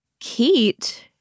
Keat